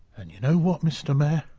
and, you know what, mr mayor,